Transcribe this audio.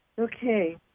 Okay